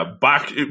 back